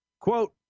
Quote